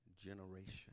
generation